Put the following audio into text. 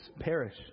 perish